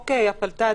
חוק הפלת"ד,